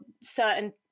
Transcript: certain